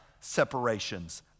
separations